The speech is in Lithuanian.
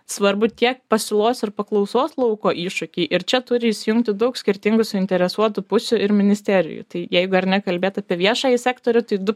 svarbu tiek pasiūlos ir paklausos lauko iššūkį ir čia turi įsijungti daug skirtingų suinteresuotų pusių ir ministerijų tai jeigu ar ne kalbėt apie viešąjį sektorių tai du